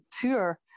tour